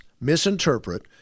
misinterpret